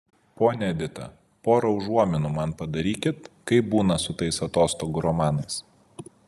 ponia edita pora užuominų man padarykit kaip būna su tais atostogų romanais